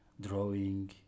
drawing